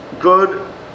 good